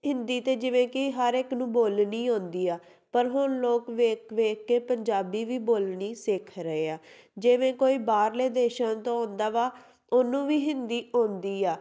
ਹਿੰਦੀ ਤਾਂ ਜਿਵੇਂ ਕਿ ਹਰ ਇੱਕ ਨੂੰ ਬੋਲਣੀ ਆਉਂਦੀ ਆ ਪਰ ਹੁਣ ਲੋਕ ਵੇਖ ਵੇਖ ਕੇ ਪੰਜਾਬੀ ਵੀ ਬੋਲਣੀ ਸਿੱਖ ਰਹੇ ਆ ਜਿਵੇਂ ਕੋਈ ਬਾਹਰਲੇ ਦੇਸ਼ਾਂ ਤੋਂ ਆਉਂਦਾ ਵਾ ਉਹਨੂੰ ਵੀ ਹਿੰਦੀ ਆਉਂਦੀ ਆ